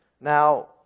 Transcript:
Now